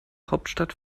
hauptstadt